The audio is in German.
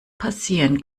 passieren